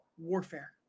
warfare